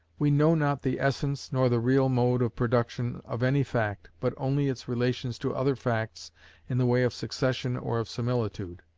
we know not the essence, nor the real mode of production, of any fact, but only its relations to other facts in the way of succession or of similitude.